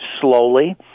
slowly